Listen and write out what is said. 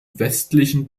westlichen